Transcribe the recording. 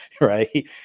right